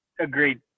Agreed